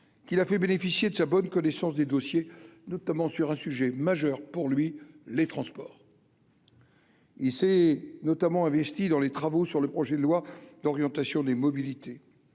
qui a fait bénéficier de sa bonne connaissance des dossiers, notamment sur un sujet majeur pour lui, les transports. Il s'est notamment investi dans les travaux sur le projet de loi d'orientation des mobilités,